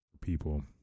people